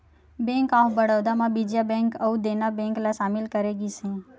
bank of Baroda म Vijaya bank अउ Dena bank ल सामिल करे गिस हे